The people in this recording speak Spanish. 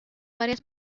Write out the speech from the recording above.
varias